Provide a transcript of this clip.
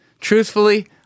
Truthfully